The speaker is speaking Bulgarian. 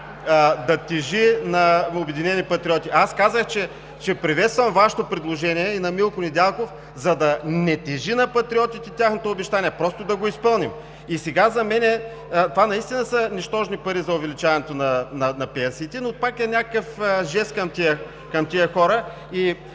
да тежи на „Обединени патриоти“. Аз казах, че ще приветствам Вашето предложение и на Милко Недялков, за да не тежи на Патриотите тяхното обещание, просто да го изпълним. Това наистина са нищожни пари за увеличаването на пенсиите, но пак е някакъв жест към тези хора.